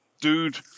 dude